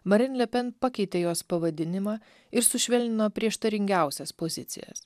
marin lepen pakeitė jos pavadinimą ir sušvelnino prieštaringiausias pozicijas